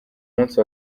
munsi